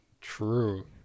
true